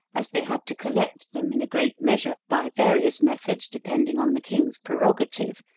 as they had to collect them, in a great measure, by various methods depending on the king's prerogative,